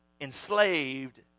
enslaved